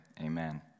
Amen